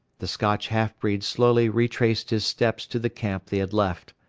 the scotch half-breed slowly retraced his steps to the camp they had left.